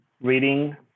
reading